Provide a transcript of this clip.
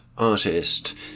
Artist